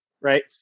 right